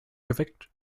geweckt